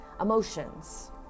Emotions